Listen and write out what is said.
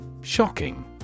Shocking